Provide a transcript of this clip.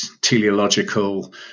teleological